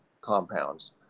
compounds